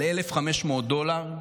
על 1,500 דולר,